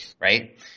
right